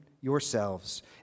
yourselves